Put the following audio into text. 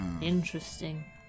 Interesting